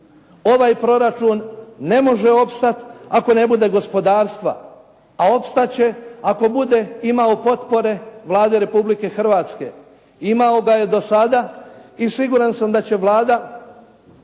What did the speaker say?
Ovaj proračun ne može opstati ako ne bude gospodarstva, a opstat će ako bude imao potpore Vlade Republike Hrvatske. Imao ga je do sada i siguran sam da će Vlada,